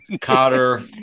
Cotter